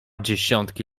dziesiątki